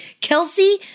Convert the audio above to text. Kelsey